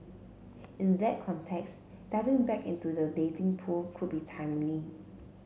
in that context diving back into the dating pool could be timely